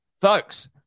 folks